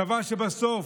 צבא שבסוף,